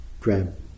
grab